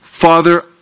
Father